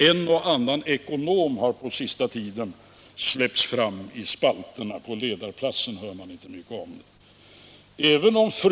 En och annan ekonom har på senaste tiden släppts fram i spalterna — på ledarplats hör man inte mycket om det.